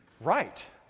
right